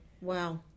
Wow